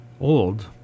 Old